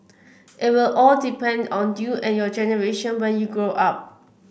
it will all depend on you and your generation when you grow up